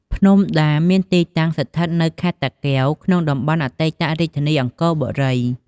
ភ្នំដា មានទីតាំង ស្ថិតនៅខេត្តតាកែវ ក្នុងតំបន់អតីតរាជធានីអង្គរបុរី។